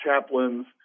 chaplains